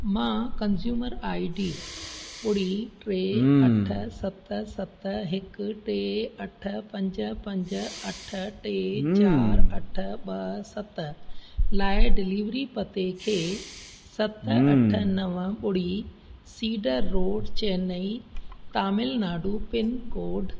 मां consumer I D ॿुड़ी टे अठ सत सत हिकु टे अठ पंज पंज अठ टे चारि अठ ॿ सत लाइ डिलीवरी पते खे सत अठ नव ॿुड़ी cedar road Chennai Tamil Nadu pin code